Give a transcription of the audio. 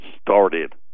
started